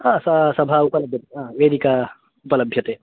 हा सा सभा उपलभ्यते वेदिका उपलभ्यते